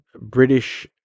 British